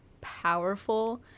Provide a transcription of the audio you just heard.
powerful